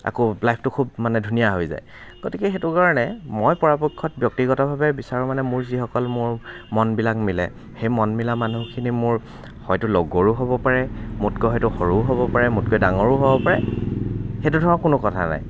আকৌ লাইফটো খুব মানে ধুনীয়া হৈ যায় গতিকে সেইটো কাৰণে মই পৰাপক্ষত ব্যক্তিগতভাৱে বিচাৰোঁ মানে মোৰ যিসকল মোৰ মনবিলাক মিলে সেই মন মিলা মানুহখিনি মোৰ হয়তো লগৰো হ'ব পাৰে মোতকৈ হয়তো সৰুও হ'ব পাৰে মোতকৈ ডাঙৰো হ'ব পাৰে সেইটো ধৰক কোনো কথা নাই